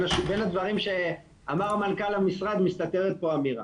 הדברים שאמר מנכ"ל המשרד מסתתרת פה אמירה.